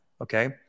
Okay